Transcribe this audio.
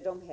god.